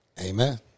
Amen